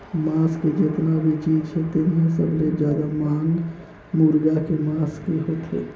मांस के जेतना भी चीज हे तेम्हे सबले जादा मांग मुरगा के मांस के होथे